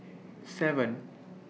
seven